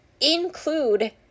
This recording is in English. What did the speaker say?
include